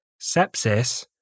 sepsis